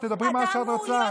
תדברי מה שאת רוצה.